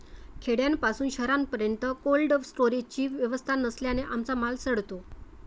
खेड्यापासून शहरापर्यंत कोल्ड स्टोरेजची व्यवस्था नसल्याने आमचा माल सडतो